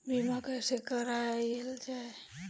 बीमा कैसे कराएल जाइ?